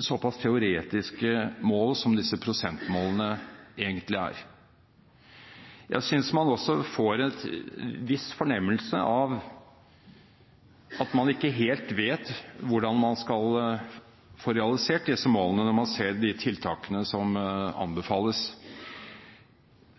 såpass teoretiske mål som disse prosentmålene egentlig er? Jeg synes man også får en viss fornemmelse av at man ikke helt vet hvordan man skal få realisert disse målene, når man ser de tiltakene som anbefales.